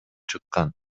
чыккан